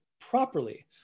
properly